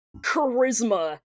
charisma